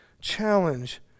challenge